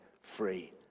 free